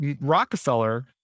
Rockefeller